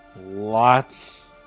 lots